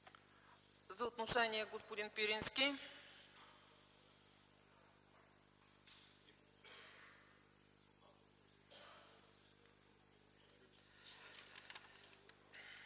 За отношение – господин Пирински.